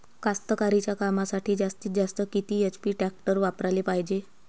कास्तकारीच्या कामासाठी जास्तीत जास्त किती एच.पी टॅक्टर वापराले पायजे?